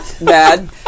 bad